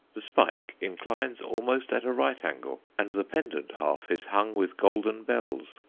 the spike inclines almost at a right angle, and the pendent half is hung with golden bells,